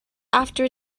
after